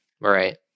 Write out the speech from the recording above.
right